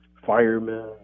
firemen